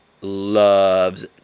loves